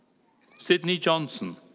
sydney johnson.